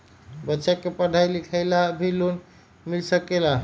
बच्चा के पढ़ाई लिखाई ला भी लोन मिल सकेला?